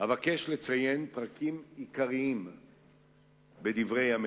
אבקש לציין פרקים עיקריים בדברי ימיה.